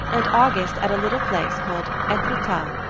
and august at a little place called etretat,